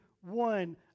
one